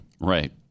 Right